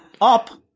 Up